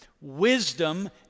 Wisdom